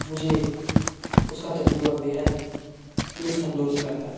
مجھے اس کا تجربہ بےحد لطف اندوز کرتا ہے